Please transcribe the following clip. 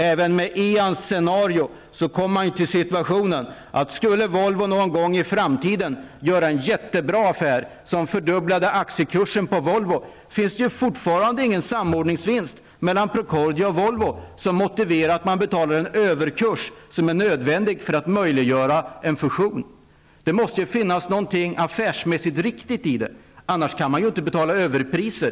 Även med Ian Wachtmeisters scenario kommer man ju fram till den situationen, att skulle Volvo någon gång i framtiden göra en jättebra affär, som fördubblade kursen på Volvos aktier, finns det fortfarande ingen samordningsvinst mellan Procordia och Volvo, vilken motiverar att man betalar en nödvändig överkurs för att möjliggöra en fusion. Det måste finnas något affärsmässigt riktigt i det hela, annars kan man inte betala överpriser.